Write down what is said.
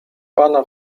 pana